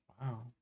wow